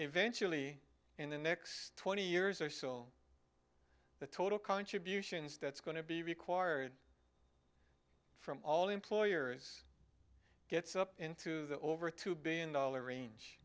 eventually in the next twenty years or so the total contributions that's going to be required from all employers gets up into the over two billion dollars range